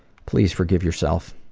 please forgive yourself.